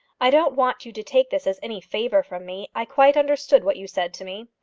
i don't want you to take this as any favour from me. i quite understood what you said to me.